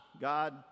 God